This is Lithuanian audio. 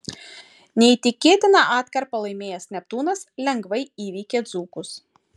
neįtikėtiną atkarpą laimėjęs neptūnas lengvai įveikė dzūkus